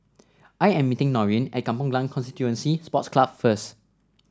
I am meeting Norene at Kampong Glam Constituency Sports Club first